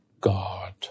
God